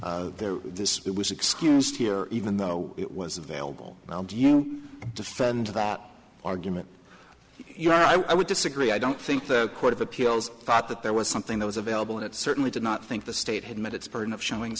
that this was excused here even though it was available well do you defend that argument you know i would disagree i don't think the court of appeals thought that there was something that was available and it certainly did not think the state had met its burden of showing